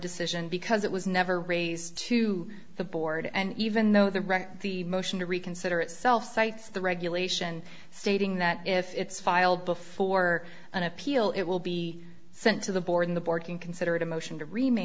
decision because it was never raised to the board and even though the wreck the motion to reconsider itself cites the regulation stating that if it's filed before an appeal it will be sent to the board in the borking considered a motion to remain